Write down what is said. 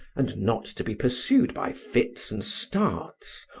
and not to be pursued by fits and starts,